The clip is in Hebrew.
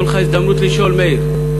תהיה לך הזדמנות לשאול, מאיר.